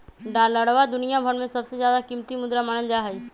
डालरवा दुनिया भर में सबसे ज्यादा कीमती मुद्रा मानल जाहई